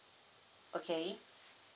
okay